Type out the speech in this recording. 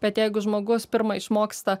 bet jeigu žmogus pirma išmoksta